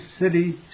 city